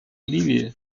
ливии